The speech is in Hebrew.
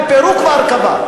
בפירוק והרכבה.